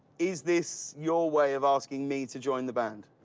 is this your way of asking me to join the band?